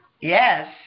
Yes